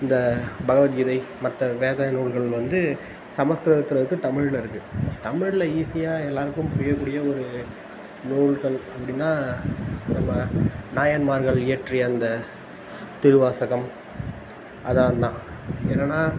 இந்த பகவத்கீதை மற்ற வேத நூல்கள் வந்து சமஸ்கிரதத்தில் இருக்கு தமிழில் இருக்கு தமிழில் ஈஸியாக எல்லாருக்கும் புரிய கூடிய ஒரு நூல்கள் அப்படின்னா நம்ம நாயன்மார்கள் இயற்றிய அந்த திருவாசகம் அதாந்தாம் என்னனா